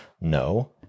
no